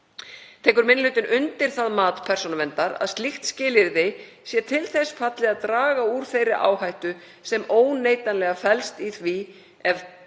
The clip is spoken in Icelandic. Tekur minni hlutinn undir það mat Persónuverndar að slíkt skilyrði sé til þess fallið að draga úr þeirri áhættu sem óneitanlega felst í því ef þær